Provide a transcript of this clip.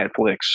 Netflix